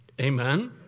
Amen